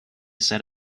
set